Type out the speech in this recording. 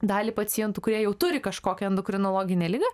dalį pacientų kurie jau turi kažkokią endokrinologinę ligą